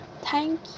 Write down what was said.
Thank